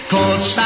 Cause